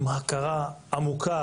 עם הכרה עמוקה,